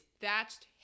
thatched